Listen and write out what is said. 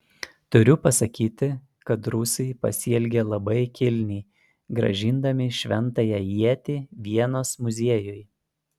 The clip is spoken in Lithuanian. turiu pasakyti kad rusai pasielgė labai kilniai grąžindami šventąją ietį vienos muziejui